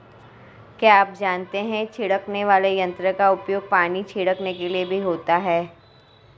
क्या आप जानते है छिड़कने वाले यंत्र का उपयोग पानी छिड़कने के लिए भी होता है?